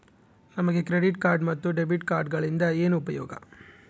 ನಮಗೆ credit card ಮತ್ತು debit ಕಾರ್ಡುಗಳಿಂದ ಏನು ಉಪಯೋಗ?